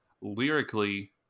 Lyrically